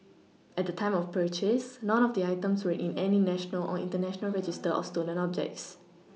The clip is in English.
at the time of purchase none of the items were in any national or international register of stolen objects